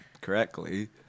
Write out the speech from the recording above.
correctly